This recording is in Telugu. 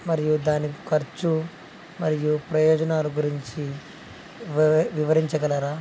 మరియు దానికి ఖర్చు మరియు ప్రయోజనాల గురించి వి వివరించగలరా